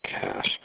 cash